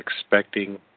expecting